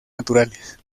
naturales